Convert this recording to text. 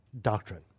doctrine